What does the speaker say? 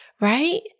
right